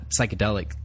psychedelic